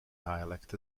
dialect